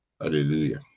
Hallelujah